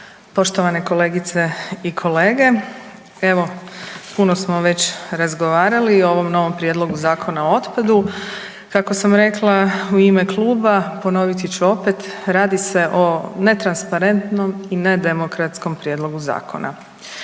Poštovane kolegice i kolege, evo puno smo već razgovarali o ovom novom prijedlogu Zakona o otpadu. Kako sam rekla u ime kluba ponoviti ću opet, radi se o netransparentnom i nedemokratskom prijedlogu zakona.